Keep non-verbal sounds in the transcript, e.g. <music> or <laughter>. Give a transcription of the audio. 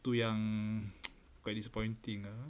tu yang <noise> quite disappointing ah